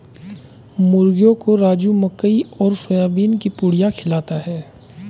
मुर्गियों को राजू मकई और सोयाबीन की पुड़िया खिलाता है